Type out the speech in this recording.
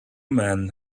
men